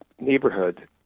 neighborhood